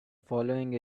following